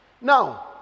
Now